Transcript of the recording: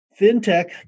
fintech